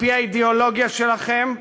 על-פי האידיאולוגיה שלכם,